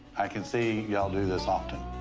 i can see y'all do this often.